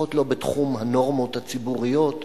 לא בתחום הנורמות הציבוריות,